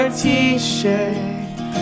t-shirt